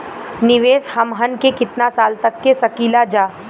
निवेश हमहन के कितना साल तक के सकीलाजा?